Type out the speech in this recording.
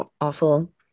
awful